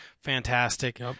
Fantastic